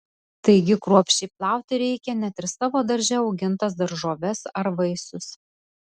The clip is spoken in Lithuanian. taigi kruopščiai plauti reikia net ir savo darže augintas daržoves ar vaisius